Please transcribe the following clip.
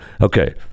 Okay